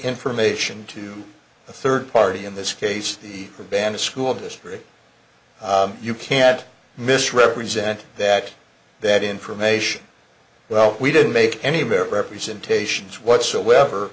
information to a third party in this case the rabbanit school district you can't misrepresent that that information well we didn't make any of it representations whatsoever